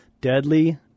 Deadly